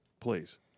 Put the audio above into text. please